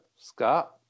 Scott